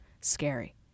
scary